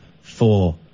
four